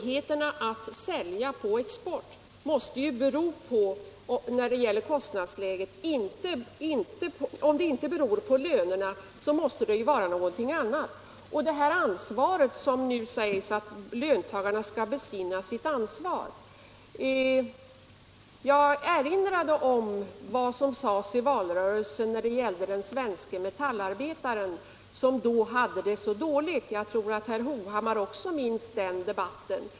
Herr Hovhammar anser att löntagarna måste besinna sitt ansvar. Jag erinrade om vad som sades i valrörelsen om den svenske metallarbetaren som då hade det så dåligt. Jag tror nog att också herr Hovhammar minns den debatten.